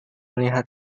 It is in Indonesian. melihat